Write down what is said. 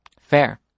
Fair